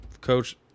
coach